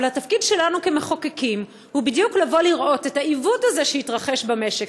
אבל התפקיד שלנו כמחוקקים הוא לראות את העיוות הזה שהתרחש במשק,